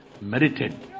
merited